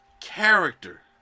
character